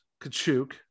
Kachuk